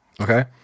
Okay